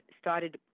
started